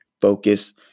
focus